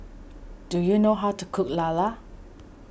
do you know how to cook Lala